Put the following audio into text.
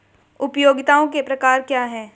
उपयोगिताओं के प्रकार क्या हैं?